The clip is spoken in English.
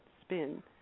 spin